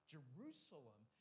Jerusalem